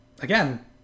again